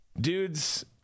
Dudes